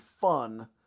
fun